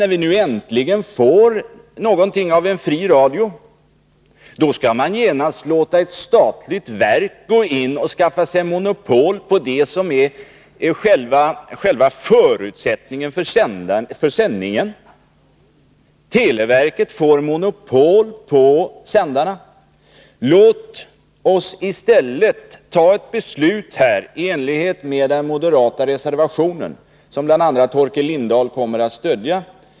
När vi nu äntligen får någonting av en fri radio är det paradoxalt att man genast skall låta ett statligt verk skaffa sig monopol på det som är själva förutsättningen för sändningen. Låt oss i stället fatta ett beslut i enlighet med den moderata reservationen, som bl.a. Torkel Lindahl kommer att stödja.